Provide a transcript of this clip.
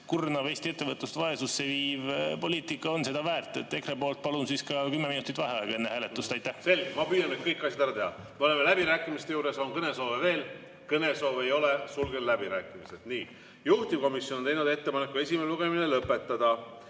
kurnav, Eesti ettevõtlust vaesusse viiv poliitika on seda väärt. EKRE poolt palun ka kümme minutit vaheaega enne hääletust. Selge! Ma püüan nüüd kõik asjad ära teha. Me oleme läbirääkimiste juures. Kas on kõnesoove veel? Kõnesoove ei ole. Sulgen läbirääkimised. Juhtivkomisjon on teinud ettepaneku esimene lugemine lõpetada.